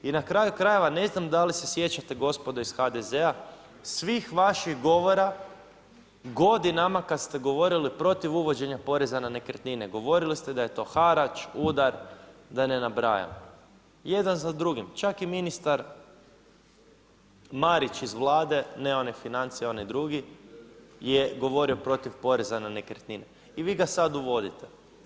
I na kraju krajeva, ne znam da li se sjećate gospodo iz HDZ-a svih vaših govora godinama kada ste govorili protiv uvođenja poreza na nekretnine, govorili ste da je to harač, udar da ne nabrajam, jedan za drugim, čak i ministar Marić iz Vlade, ne onaj financija onaj drugi je govorio protiv poreza na nekretnine i vi ga sada uvodite.